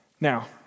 Now